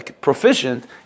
proficient